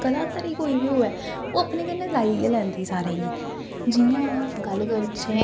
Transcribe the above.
कलाकारी कोई बी होऐ ओह् अपने कन्नै लाई गै लैंदी सारें गी जि'यां गल्ल करचै